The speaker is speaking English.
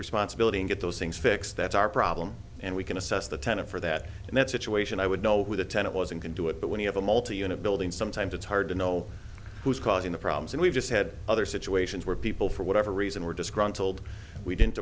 responsibility and get those things fixed that's our problem and we can assess the tenant for that and that situation i would know who the tenant was and can do it but when you have a multi unit building sometimes it's hard to know who's causing the problems and we've just had other situations where people for whatever reason were disgruntled we didn't